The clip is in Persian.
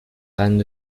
قند